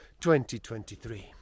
2023